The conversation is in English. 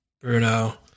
Bruno